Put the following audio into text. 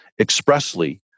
expressly